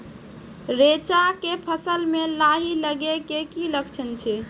रैचा के फसल मे लाही लगे के की लक्छण छै?